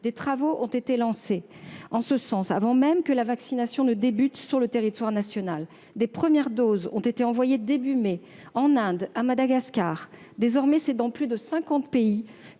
des travaux ont été lancés en ce sens, avant même que la vaccination ne débute sur le territoire national. De premières doses ont été envoyées au début du mois de mai dernier en Inde, à Madagascar. Désormais, c'est dans plus de